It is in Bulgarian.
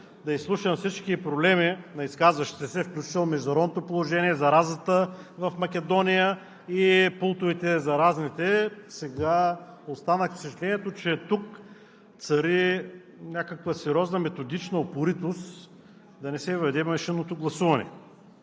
да изслушам всички проблеми на изказващите се, включително международното положение, заразата в Македония и заразните пунктове, сега останах с впечатлението, че тук цари някаква сериозна методична упоритост да не се въведе машинното гласуване.